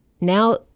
Now